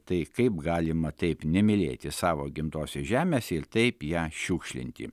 tai kaip galima taip nemylėti savo gimtosios žemės ir taip ją šiukšlinti